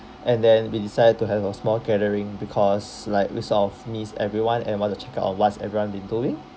and then we decided to have a small gathering because like we sort of miss everyone and want to check out on what's everyone been doing